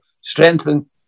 strengthen